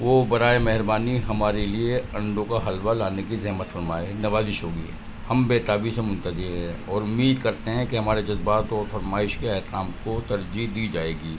وہ برائے مہربانی ہمارے لیے انڈوں کا حلوہ لانے کی زحمت فرمائیں نوازش ہوگی ہم بیتابی سے منتظر ہیں اور امید کرتے ہیں کہ ہمارے جذبات اور فرمائش کے احکام کو ترجیح دی جائے گی